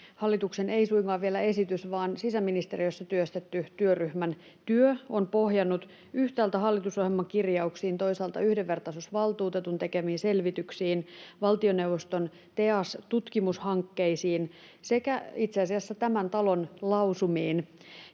hallituksen esitys vaan sisäministeriössä työstetty työryhmän työ on pohjannut yhtäältä hallitusohjelman kirjauksiin, toisaalta yhdenvertaisuusvaltuutetun tekemiin selvityksiin, valtioneuvoston TEAS-tutkimushankkeisiin sekä itse asiassa tämän talon lausumiin